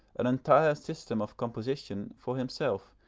an entire system of composition, for himself,